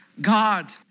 God